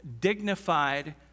dignified